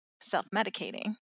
self-medicating